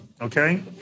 okay